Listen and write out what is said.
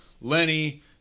lenny